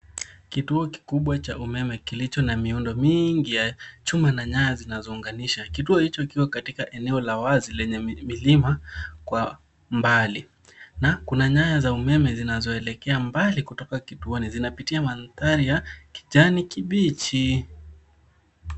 Kituo kikubwa cha umeme kilicho na miundo mingi ya chuma na nyaya zinazounganisha. Kituo hicho kiko katika eneo la wazi lenye milima kwa mbali. Na kuna nyaya za umeme zinazoelekea mbali kutoka kituoni. Zinapitia mandhari ya kijani kibichi.